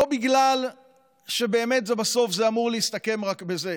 לא בגלל שבאמת בסוף זה אמור להסתכם רק בזה